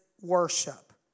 worship